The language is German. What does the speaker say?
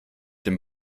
dem